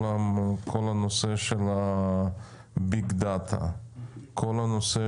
כל נושא ביג דאטה, כל נושא